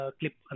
clip